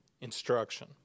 instruction